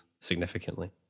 significantly